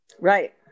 Right